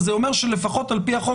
זה אומר שלפחות על פי החוק,